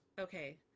Okay